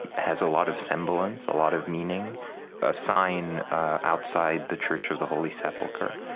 has a lot of semblance, a lot of meaning a sign outside the church of the holy sepulchre.